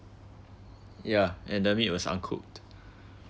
yeah and the meat was uncooked